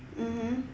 mmhmm